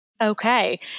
Okay